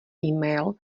email